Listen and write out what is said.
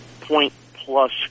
point-plus